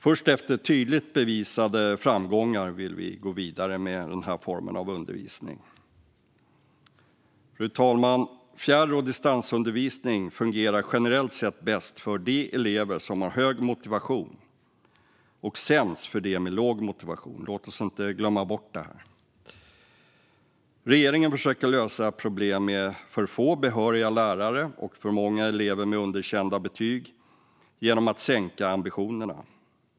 Först efter tydligt bevisade framgångar vill vi gå vidare med den formen av undervisning. Fru talman! Fjärr och distansundervisning fungerar generellt sett bäst för de elever som har hög motivation och sämst för dem som har låg motivation. Låt oss inte glömma bort det. Regeringen försöker lösa problem med för få behöriga lärare och för många elever med underkända betyg genom att sänka ambitionerna.